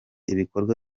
ibikorwa